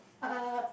uh